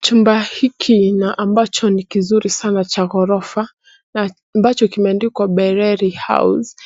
Chumba hiki na ambacho ni kizuri sana cha ghorofa, na ambacho kimeandikwa Bereri house ,